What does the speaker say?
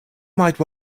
might